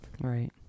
Right